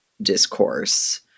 discourse